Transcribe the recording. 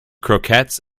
croquettes